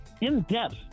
in-depth